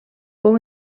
fou